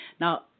Now